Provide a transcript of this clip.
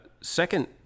second